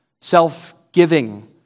self-giving